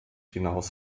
hinaus